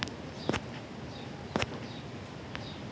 सुमन महिला बचत खाते उघडण्यासाठी दोन पासपोर्ट साइज फोटो घेऊन गेली